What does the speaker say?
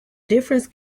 difference